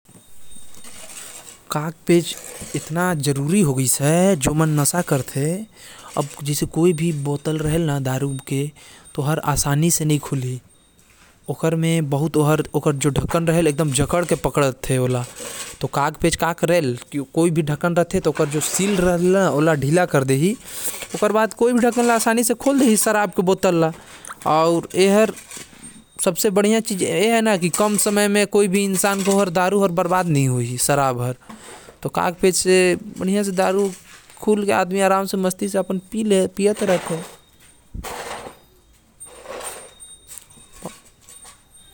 काग-पेच हर बोतल के ढक्कन ल ढीला कर देथे, जेकर मदद से कोई भी बोतल के ढक्कन ल खोल सकत हवे।